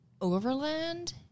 Overland